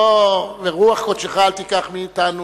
ורוח קודשך אל תיקח מאתנו,